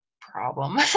problem